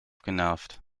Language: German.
genervt